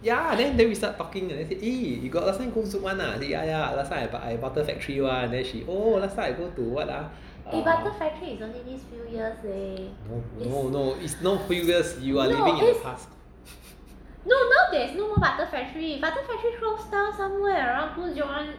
ya then then we start talking eh you got last time go zouk [one] ah ya last time I but I butter factory [one] then she oh last time I go to what ah uh no no no is no few years you are living in the past